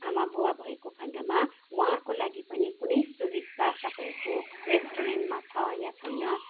आमाबुवा भएको खण्डमा उहाँहरूको लागि पनि कुनै सुबिस्ता तपाईँहरूको रेस्ट्रुरेन्टमा छ या छैन